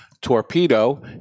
Torpedo